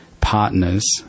partners